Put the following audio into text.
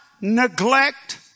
neglect